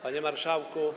Panie Marszałku!